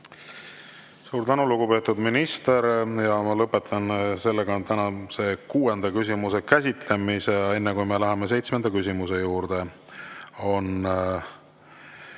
Suur tänu, lugupeetud minister! Ma lõpetan tänase kuuenda küsimuse käsitlemise. Enne kui me läheme seitsmenda küsimuse juurde, on